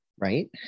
Right